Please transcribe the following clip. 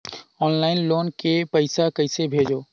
Online loan के पईसा कइसे भेजों?